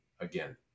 again